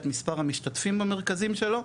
את מספר המשתתפים במרכזים שלו,